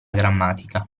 grammatica